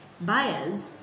buyers